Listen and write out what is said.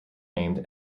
named